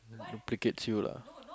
implicates you lah